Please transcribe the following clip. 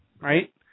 right